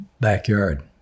backyard